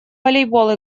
волейбол